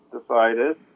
decided